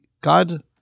God